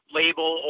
label